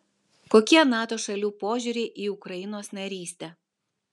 kokie nato šalių požiūriai į ukrainos narystę